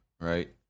right